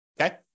okay